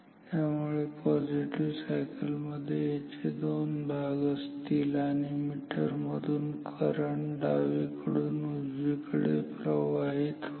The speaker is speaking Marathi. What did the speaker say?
त्यामुळे पॉझिटिव्ह सायकल मध्ये याचे दोन भाग असतील आणि मीटर मधून करंट डावीकडून उजवीकडे प्रवाहित होईल